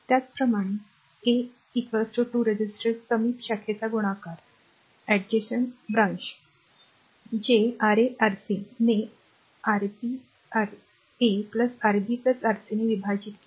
त्याचप्रमाणे a 2 resistor समीप शाखेचे गुणाकार जे Ra Rc ने Rb Ra Rb Rc ने विभाजित केले